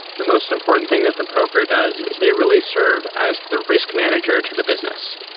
the most important thing that the broker does is they really serve as the risk manager to the business.